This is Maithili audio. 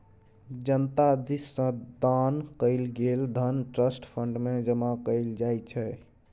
जनता दिस सँ दान कएल गेल धन ट्रस्ट फंड मे जमा कएल जाइ छै